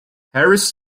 harris